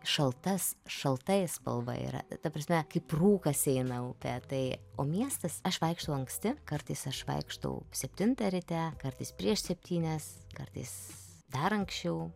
šaltas šalta spalva yra ta prasme kaip rūkas eina upe tai o miestas aš vaikštau anksti kartais aš vaikštau septintą ryte kartais prieš septynias kartais dar anksčiau